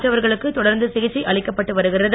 மற்றவர் களுக்கு தொடர்ந்து சிகிச்சை அளிக்கப்பட்டு வருகிறது